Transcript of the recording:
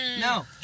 No